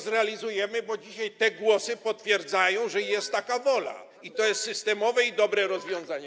Zrealizujemy go, bo dzisiaj te głosy potwierdzają, że jest taka wola i to jest systemowe i dobre rozwiązanie.